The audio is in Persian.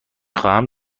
خواهم